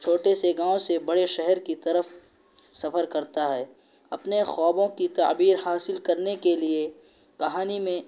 چھوٹے سے گاؤں سے بڑے شہر کی طرف سفر کرتا ہے اپنے خوابوں کی تعبیر حاصل کرنے کے لیے کہانی میں